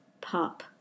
pop